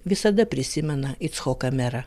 visada prisimena icchoką merą